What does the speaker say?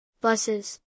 Buses